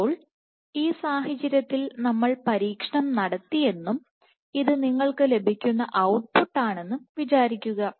അപ്പോൾ ഈ സാഹചര്യത്തിൽ നമ്മൾ പരീക്ഷണം നടത്തിയെന്നും ഇത് നിങ്ങൾക്ക് ലഭിക്കുന്ന ഔട്ട്പുട്ട് ആണെന്നും വിചാരിക്കുക